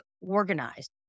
organized